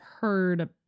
heard